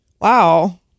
wow